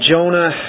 Jonah